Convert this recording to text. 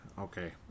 Okay